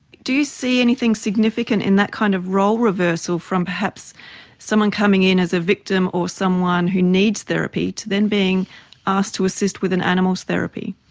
do you see anything significant in that kind of role reversal from perhaps someone coming in as a victim or someone who needs therapy to then being asked to assist with an animal's therapy?